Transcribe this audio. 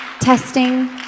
Testing